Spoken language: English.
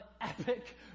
epic